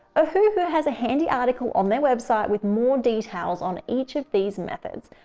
ohuhu has a handy article on their website with more details on each of these methods,